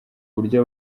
buryo